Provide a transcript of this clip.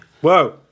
Whoa